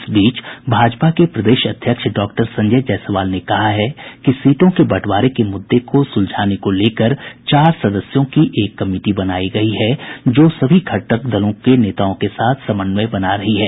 इस बीच भाजपा के प्रदेश अध्यक्ष डॉक्टर संजय जायसवाल ने कहा है कि सीटों के बंटवारे के मुद्दे को सुलझाने को लेकर चार सदस्यों की एक कमिटी बनायी गयी है जो सभी घटक दलों के नेताओं के साथ समन्वय बना रही है